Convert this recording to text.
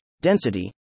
density